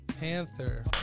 Panther